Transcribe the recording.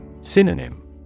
Synonym